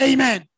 Amen